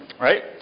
right